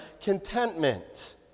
contentment